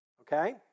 okay